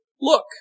Look